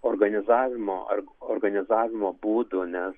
organizavimo ar organizavimo būdų nes